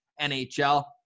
NHL